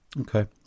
Okay